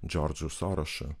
džordžu sorošu